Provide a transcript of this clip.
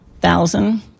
thousand